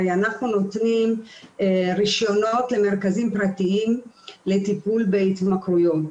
הרי אנחנו נותנים רישיונות למרכזים פרטיים לטיפול בהתמכרויות,